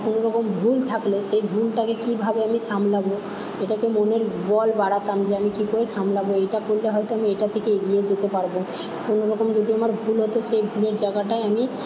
কোনও রকম ভুল থাকলে সেই ভুলটাকে কীভাবে আমি সামলাবো এটাকে মনের বল বাড়াতাম যে আমি কী করে সামলাবো এইটা করলে হয়তো আমি এটা থেকে এগিয়ে যেতে পারবো কোনও রকম যদি আমার ভুল হতো সেই ভুলের জায়গাটায় আমি